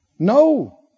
No